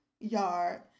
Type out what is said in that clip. yard